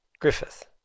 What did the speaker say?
Griffith